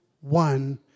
one